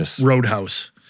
roadhouse